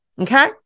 Okay